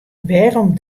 wêrom